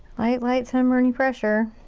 light, light, sunburn-y pressure.